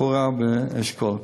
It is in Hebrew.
חורה ואשכול.